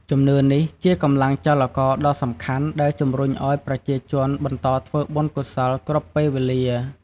ជំនឿនេះជាកម្លាំងចលករដ៏សំខាន់ដែលជំរុញឱ្យប្រជាជនបន្តធ្វើបុណ្យកុសលគ្រប់ពេលវេលា។